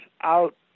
out